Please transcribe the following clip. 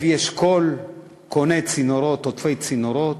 לוי אשכול קונה צינורות, עודפי צינורות,